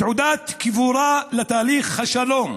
תעודת קבורה לתהליך השלום,